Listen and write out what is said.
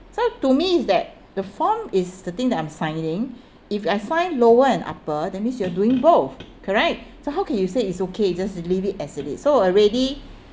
so to me is that the form is the thing that I'm signing if I find lower and upper that means you're doing both correct so how can you say it's okay just leave it as it is so already